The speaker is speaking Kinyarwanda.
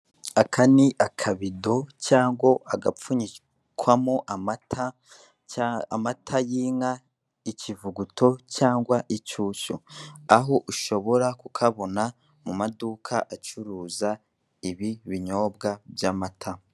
Aka ni akabido cyangwa agapfunyikwamo amata, amata y'inka ikivuguto cyangwa inshyushyu, aho ushobora ku kabona mu maduka acuruza ibi binyobwa by'amata.